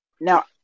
Now